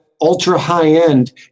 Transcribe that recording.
ultra-high-end